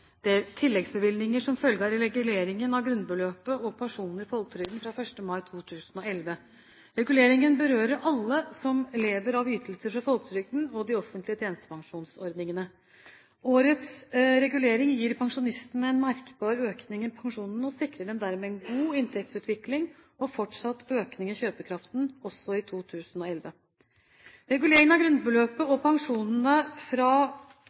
stortingsvedtak om tilleggsbevilgninger som følge av reguleringen av grunnbeløpet og pensjoner i folketrygden fra 1. mai 2011. Reguleringen berører alle som lever av ytelser fra folketrygden og de offentlige tjenestepensjonsordningene. Årets regulering gir pensjonistene en merkbar økning i pensjonene, og sikrer dem dermed en god inntektsutvikling og fortsatt økning i kjøpekraften også i 2011. Reguleringen av grunnbeløpet og pensjonene fra